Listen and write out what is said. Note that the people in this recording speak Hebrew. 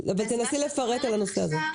אבל תנסי לפרט בנושא הזה.